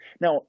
Now